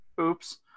Oops